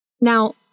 Now